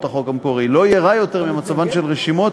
החוק המקורי לא יהיה רע יותר ממצבן של רשימות